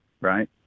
right